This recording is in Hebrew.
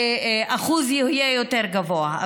שהאחוז יהיה יותר גבוה.